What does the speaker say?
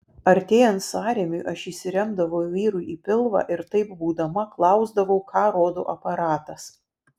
artėjant sąrėmiui aš įsiremdavau vyrui į pilvą ir taip būdama klausdavau ką rodo aparatas